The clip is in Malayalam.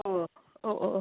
ഓ ഓ ഓ ഓ